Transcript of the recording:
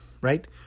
Right